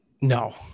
No